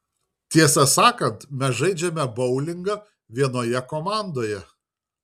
tiesą sakant mes žaidžiame boulingą vienoje komandoje